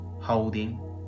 Holding